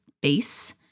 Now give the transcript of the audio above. base